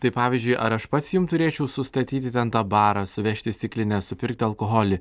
tai pavyzdžiui ar aš pats jum turėčiau sustatyti ten tą barą suvežti stiklines supirkti alkoholį